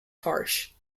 harsh